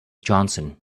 johnson